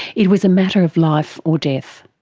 it was a matter of life or death.